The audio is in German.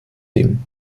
dem